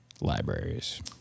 libraries